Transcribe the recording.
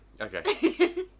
Okay